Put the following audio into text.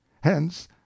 hence